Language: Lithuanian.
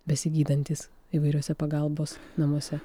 besigydantys įvairiuose pagalbos namuose